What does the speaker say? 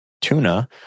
tuna